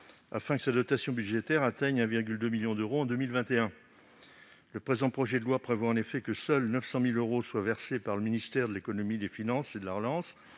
afin que sa dotation budgétaire atteigne 1,2 million d'euros en 2021. Le présent projet de loi prévoit en effet que seuls 900 000 euros soient versés par le ministère de l'économie, des finances et de la relance